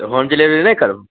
तऽ home delivery नहि करबहो